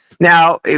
Now